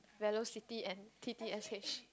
Velocity and T_T_S_H